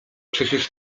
przecież